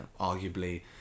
arguably